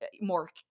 more